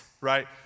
right